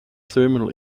thermal